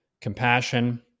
compassion